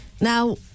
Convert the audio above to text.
Now